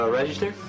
register